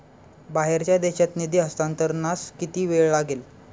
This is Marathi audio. बाहेरच्या देशात निधी हस्तांतरणास किती वेळ लागेल?